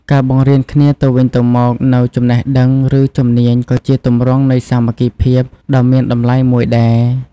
ការបង្រៀនគ្នាទៅវិញទៅមកនូវចំណេះដឹង ឬជំនាញក៏ជាទម្រង់នៃសាមគ្គីភាពដ៏មានតម្លៃមួយដែរ។